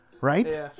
Right